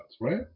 right